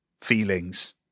feelings